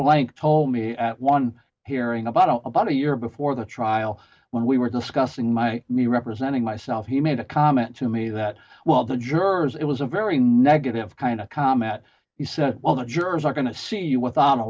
blank told me at one hearing about oh about a year before the trial when we were discussing my me representing myself he made a comment to me that well the jurors it was a very negative kind of comment he said well the jurors are going to see you with